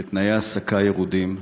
לתנאי העסקה ירודים,